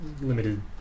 limited